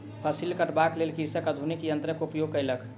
फसिल कटबाक लेल कृषक आधुनिक यन्त्रक उपयोग केलक